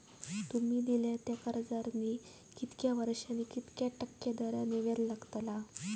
तुमि दिल्यात त्या कर्जावरती कितक्या वर्सानी कितक्या टक्के दराने व्याज लागतला?